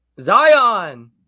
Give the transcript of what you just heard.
zion